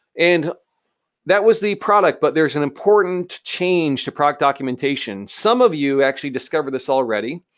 and that was the product, but there's an important change to product documentation. some of you actually discovered this already.